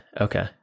Okay